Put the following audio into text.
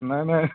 নাই নাই